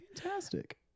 Fantastic